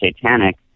satanic